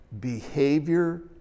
behavior